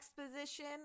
exposition